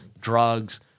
drugs